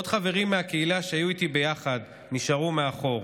עוד חברים מהקהילה שהיו איתי ביחד נשארו מאחור.